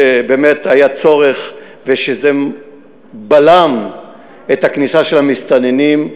שבאמת הייתה צורך וזה בלם את הכניסה של המסתננים,